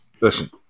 Listen